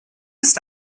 ist